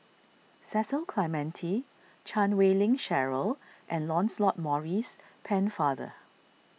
Cecil Clementi Chan Wei Ling Cheryl and Lancelot Maurice Pennefather